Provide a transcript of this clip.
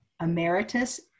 emeritus